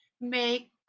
make